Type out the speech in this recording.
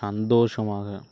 சந்தோஷமாக